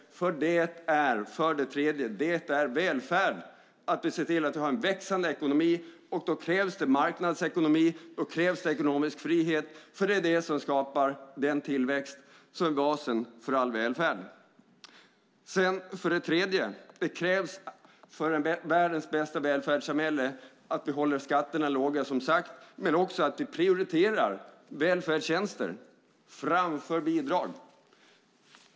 Det är välfärd att vi ser till att ha en växande ekonomi. Då krävs det marknadsekonomi och ekonomisk frihet, för det är det som skapar den tillväxt som är basen för all välfärd. För det fjärde: För världens bästa välfärdssamhälle krävs det att vi håller skatterna låga och att vi prioriterar välfärdstjänster framför bidrag.